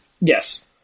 Yes